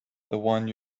one